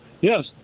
Yes